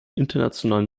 internationalen